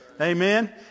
Amen